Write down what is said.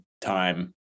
time